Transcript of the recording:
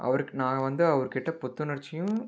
அவருக்கு நான் வந்து அவர்கிட்ட புத்துணர்ச்சியும்